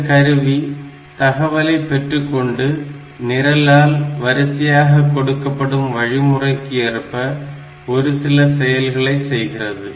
இந்த கருவி தகவலை பெற்றுக்கொண்டு நிரலால் வரிசையாக கொடுக்கப்படும் வழிமுறைக்கு ஏற்ப ஒருசில செயல்களை செய்கிறது